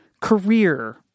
career